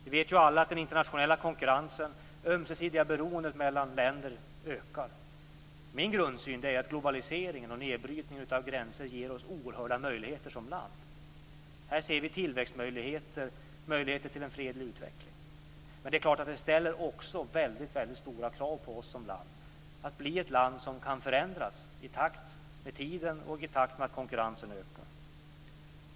Vi vet alla att den internationella konkurrensen och det ömsesidiga beroendet mellan länder ökar. Min grundsyn är att globaliseringen och nedbrytningen av gränser ger oss oerhörda möjligheter som land. Här ser vi tillväxtmöjligheter och möjligheter till en fredlig utveckling. Men det är klart att det också ställer väldigt stora krav på oss att bli ett land som kan förändras i takt med tiden och i takt med att konkurrensen ökar.